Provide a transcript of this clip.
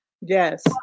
Yes